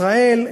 בישראל,